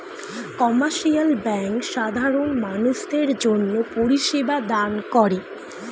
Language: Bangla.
কমার্শিয়াল ব্যাঙ্ক সাধারণ মানুষদের জন্যে পরিষেবা দান করে